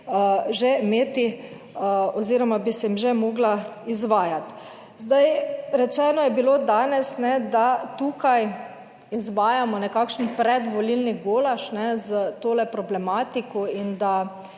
že imeti oziroma bi se jim že morala izvajati. Zdaj, rečeno je bilo danes, da tukaj izvajamo nekakšen predvolilni golaž s to problematiko in da